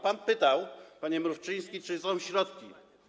Pan pytał, panie Mrówczyński, czy są środki.